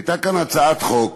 הייתה כאן הצעת חוק